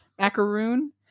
macaroon